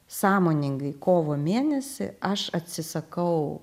sąmoningai kovo mėnesį aš atsisakau